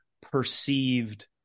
perceived